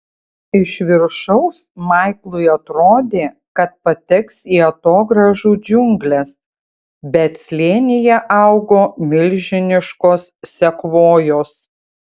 iš viršaus maiklui atrodė kad pateks į atogrąžų džiungles bet slėnyje augo milžiniškos sekvojos